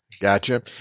Gotcha